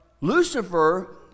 Lucifer